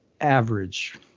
average